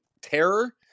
terror